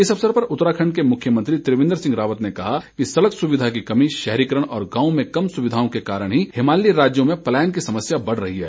इस अवसर पर उत्तराखंड के मुख्यमंत्री त्रिवेंद्र रावत ने कहा कि सड़क सुविधा की कमी शहरीकरण और गांव में कम सुविधाओं के कारण ही हिमालयी राज्यों में प्लायन की समस्या बड़ रही है